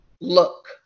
look